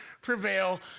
prevail